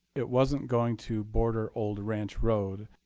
it wasn't going to border old ranch road.